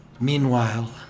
Meanwhile